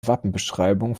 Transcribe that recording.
wappenbeschreibung